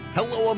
Hello